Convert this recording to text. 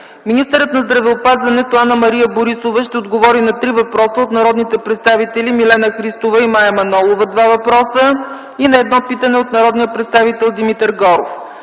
Министърът на здравеопазването Анна-Мария Борисова ще отговори на три въпроса от народните представители Милена Христова и Мая Манолова – два въпроса, и на едно питане от народния представител Димитър Горов.